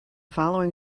following